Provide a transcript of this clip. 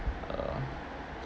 uh